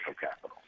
capital